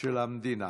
של המדינה.